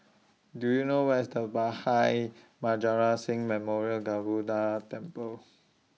Do YOU know Where IS The Bhai Maharaj Singh Memorial Temple